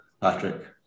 Patrick